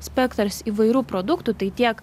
spektras įvairių produktų tai tiek